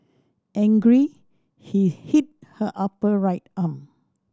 angry he hit her upper right arm